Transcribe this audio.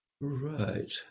Right